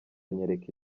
anyereka